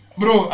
bro